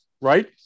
right